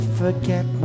forget